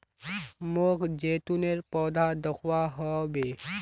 मोक जैतूनेर पौधा दखवा ह बे